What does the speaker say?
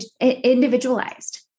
individualized